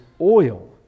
oil